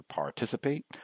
participate